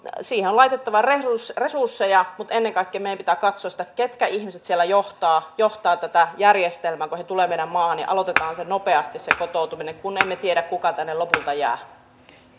siihen on laitettava resursseja resursseja mutta ennen kaikkea meidän pitää katsoa sitä ketkä ihmiset siellä johtavat tätä järjestelmää kun he tulevat meidän maahamme ja aloitetaan nopeasti se kotoutuminen kun emme tiedä kuka tänne lopulta jää